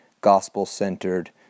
gospel-centered